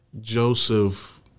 Joseph